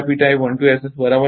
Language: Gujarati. હવે બરાબર